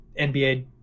NBA